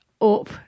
up